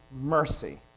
mercy